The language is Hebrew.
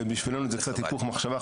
ובשבילנו זה קצת היפוך מחשבה.